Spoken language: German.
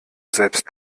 selbst